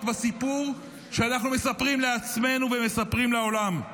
בסיפור שאנחנו מספרים לעצמנו ומספרים לעולם.